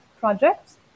projects